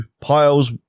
piles